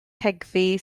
cegddu